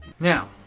Now